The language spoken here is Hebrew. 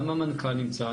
גם המנכ"ל נמצא.